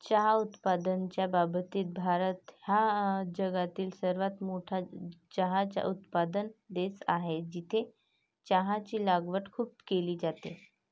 चहा उत्पादनाच्या बाबतीत भारत हा जगातील सर्वात मोठा चहा उत्पादक देश आहे, जिथे चहाची लागवड खूप केली जाते